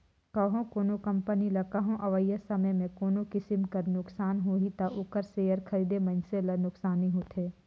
कहों कोनो कंपनी ल कहों अवइया समे में कोनो किसिम कर नोसकान होही ता ओकर सेयर खरीदे मइनसे ल नोसकानी होथे